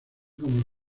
como